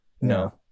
No